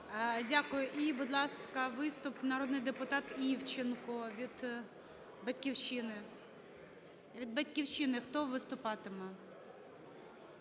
Дякую. І, будь ласка, виступ народний депутат Івченко від "Батьківщини". Від "Батьківщини" хто виступатиме?